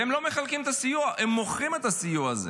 והם לא מחלקים את הסיוע, הם מוכרים את הסיוע הזה.